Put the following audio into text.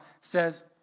says